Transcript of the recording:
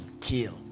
kill